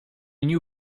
knew